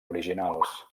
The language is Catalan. originals